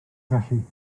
felly